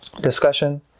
discussion